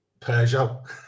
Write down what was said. Peugeot